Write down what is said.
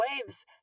waves